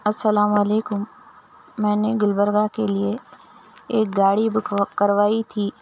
السلامُ علیکم میں نے گلبرگہ کے لیے ایک گاڑی بک کروائی تھی